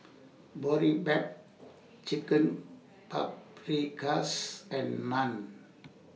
Boribap Chicken Paprikas and Naan